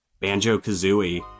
Banjo-Kazooie